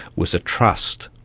was a trust,